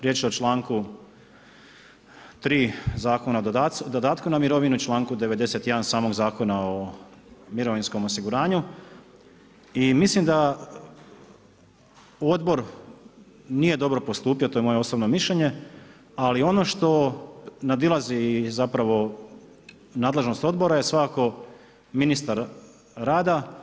Riječ je o članku 3. Zakona o dodatku na mirovinu i čl. 91. samog Zakona o mirovinskom osiguranju i mislim da Odbor nije dobro postupio, to je moje osobno mišljenje, ali ono što nadilazi zapravo nadležnost Odbora je svakako ministar rada.